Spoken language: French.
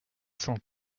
cent